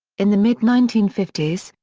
in the mid nineteen fifty s,